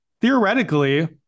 Theoretically